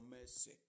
mercy